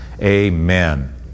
Amen